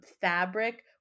fabric